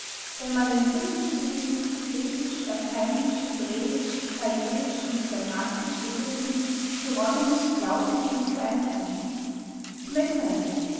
wenn man den fünfzüngigen griechisch lateinisch hebräisch chaldäisch und dalmatisch redenden hieronymus glauben zustellen kann zum exempel